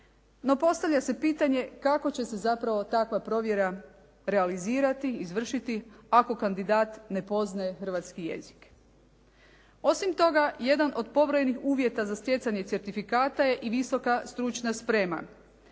No postavlja se pitanje kako će se zapravo takva provjera realizirati, izvršiti ako kandidat ne poznaje hrvatski jezik? Osim toga jedan od pobrojenih uvjeta za stjecanje certifikata je i visoka stručna sprema,